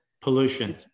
Pollution